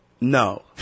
No